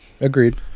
Agreed